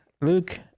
Luke